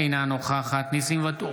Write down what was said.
אינה נוכחת ניסים ואטורי,